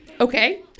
Okay